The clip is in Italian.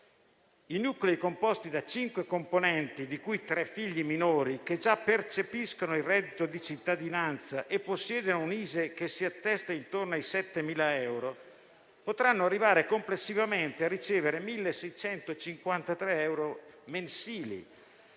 i nuclei composti da cinque componenti, di cui tre figli minori che già percepiscano il reddito di cittadinanza e possiedano un ISEE che si attesta intorno ai 7.000 euro potranno arrivare complessivamente a ricevere 1.653 euro mensili,